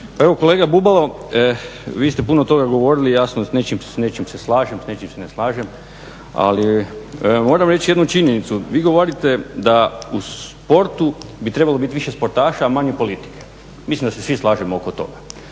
Evo, kolega Bubalo, vi ste puno toga govorili, jasno s nečim se slažem, s nečim se ne slažem, ali moram reći jednu činjenicu. Vi govorite da u sportu bi trebalo biti više sportaša, a manje politike, mislim da se svi slažemo oko toga,